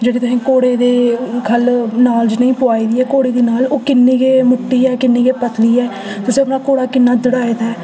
जेह्ड़े तुसें घोड़े दे ख'ल्ल नाल कनेही पाई दी ऐ घोड़े गी नाल ओह् किन्नी गै मुट्टी ऐ किन्नी गै पतली ऐ तुसें अपना घोड़ा किन्ना दड़ाए दा ऐ